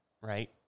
right